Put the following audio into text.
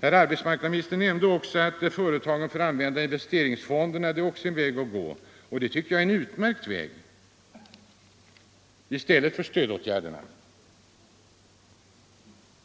Herr arbetsmarknadsministern nämnde också att företagarna får använda investeringsfonderna. Det tycker jag är en utmärkt väg att gå - i stället för att använda stödåtgärder